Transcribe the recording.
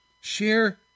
share